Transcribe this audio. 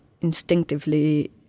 instinctively